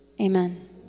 Amen